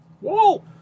Whoa